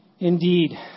Indeed